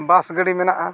ᱜᱟᱹᱰᱤ ᱢᱮᱱᱟᱜᱼᱟ